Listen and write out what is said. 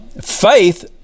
faith